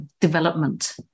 development